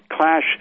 Clash